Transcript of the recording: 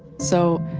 so,